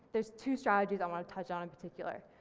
there's two strategies i want to touch on in particular.